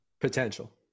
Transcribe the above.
potential